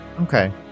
Okay